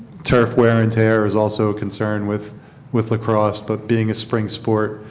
turf wear and tear is also a concern with with the cross. but being a spring sport,